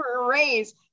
raise